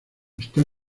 está